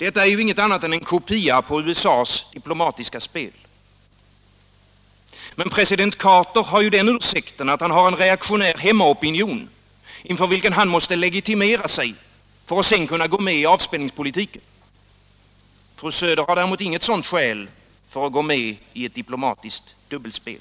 Detta är ju inget annat än en kopia av USA:s diplomatiska spel. Men president Carter har ju den ursäkten att han har en reaktionär hemmaopinion, inför vilken han måste legitimera sig för att sedan kunna gå med i avspänningspolitiken. Fru Söder har däremot inget sådant skäl för att gå med i ett diplomatiskt dubbelspel.